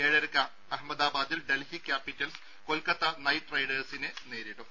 ഏഴരക്ക് അഹമ്മദാബാദിൽ Delhi Capitals Kolkata Knight റൈഡേഴ്സിനെ നേരിടും